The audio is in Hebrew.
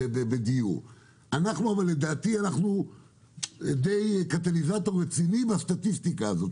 אבל לדעתי אנחנו קטליזטור רציני בסטטיסטיקה הזאת.